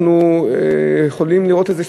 אנחנו יכולים לראות את זה.